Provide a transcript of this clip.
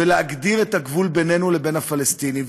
ולהגדיר את הגבול בינינו לבין הפלסטינים.